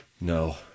No